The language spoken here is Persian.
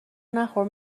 نخور